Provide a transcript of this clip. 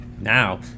now